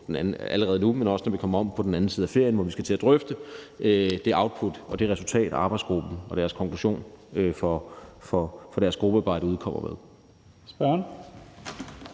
allerede nu, men også når vi kommer om på den anden side af ferien, hvor vi skal til at drøfte det output, det resultat og den konklusion, som arbejdsgruppen kommer med.